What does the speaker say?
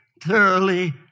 thoroughly